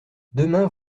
demain